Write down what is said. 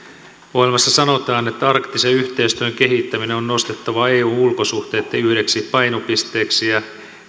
ohjelmassa sanotaan että arktisen yhteistyön kehittäminen on on nostettava eun ulkosuhteitten yhdeksi painopisteeksi ja